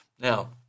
Now